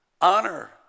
honor